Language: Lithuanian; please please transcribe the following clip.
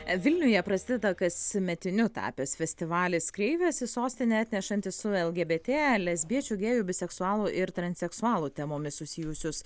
vilniuje prasideda kasmetiniu tapęs festivalis kreivės į sostinę atnešanti su lgbt lesbiečių gėjų biseksualų ir transseksualų temomis susijusius